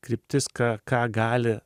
kryptis ką ką gali